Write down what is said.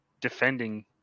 defending